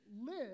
live